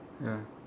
ya